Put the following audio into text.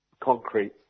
Concrete